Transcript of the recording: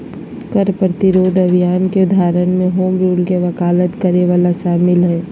कर प्रतिरोध अभियान के उदाहरण में होम रूल के वकालत करे वला शामिल हइ